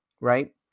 right